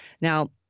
Now